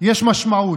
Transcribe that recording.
יש משמעות.